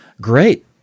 great